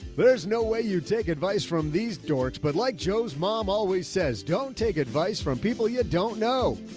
but there's no way you take advice from these dorks, but like joe's mom always says, don't take advice from people you don't know.